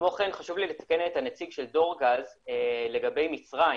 כמו כן חשוב לי לתקן את הנציג של דור גז לגבי מצרים.